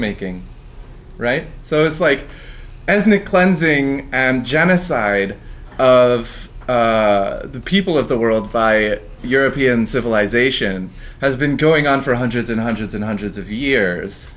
soapmaking right so it's like ethnic cleansing and genocide of the people of the world by european civilization has been going on for hundreds and hundreds and hundreds of years